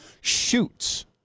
shoots